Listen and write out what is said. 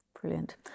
Brilliant